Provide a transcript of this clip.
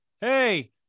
Hey